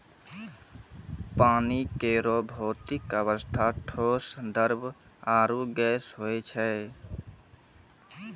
पानी केरो भौतिक अवस्था ठोस, द्रव्य आरु गैस होय छै